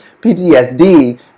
PTSD